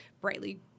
brightly